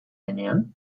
denean